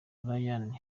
rayane